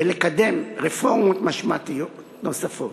ולקדם רפורמות משמעותיות נוספות.